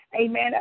amen